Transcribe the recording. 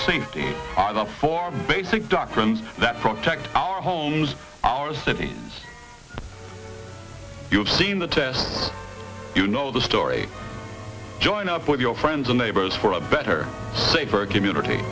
safety the four basic doctrines that protect our homes our city you've seen the test you know the story join up with your friends and neighbors for a better safer community